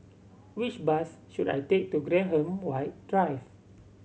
which bus should I take to Graham White Drive